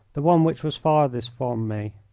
the one which was farthest from me.